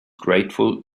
grateful